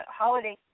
holiday